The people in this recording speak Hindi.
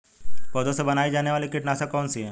पौधों से बनाई जाने वाली कीटनाशक कौन सी है?